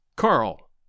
Carl